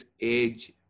age